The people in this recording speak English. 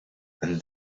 and